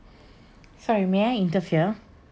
sorry may I interfere